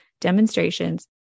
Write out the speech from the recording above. demonstrations